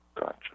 Gotcha